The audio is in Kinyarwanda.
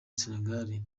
senegal